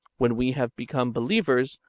when we have become believers,